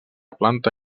planta